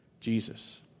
Jesus